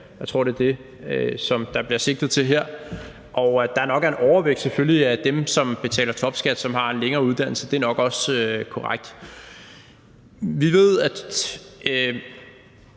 Jeg tror, at det er det, der bliver sigtet til her. Og der er jo nok selvfølgelig en overvægt af dem, som betaler topskat, der har en længere uddannelse. Det er nok også korrekt. Vi ved, at